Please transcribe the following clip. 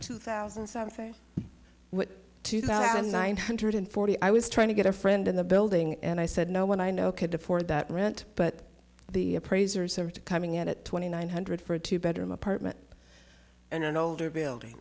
two thousand something what two thousand nine hundred forty i was trying to get a friend in the building and i said no one i know could afford that rent but the appraisers are coming in at twenty nine hundred for a two bedroom apartment in an older building